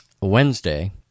Wednesday